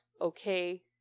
okay